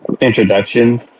introductions